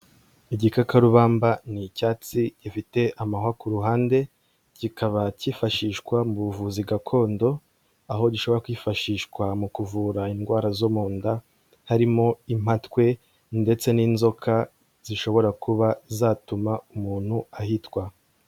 Igikakarubamba ni icyatsi gifite amahwa ku ruhande, kikaba cyifashishwa mu buvuzi gakondo, aho gishobora kwifashishwa mu kuvura indwara zo mu nda, harimo impatwe ndetse n'inzoka zishobora kuba zatuma umuntu ahitwa.